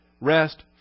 Rest